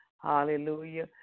Hallelujah